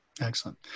Excellent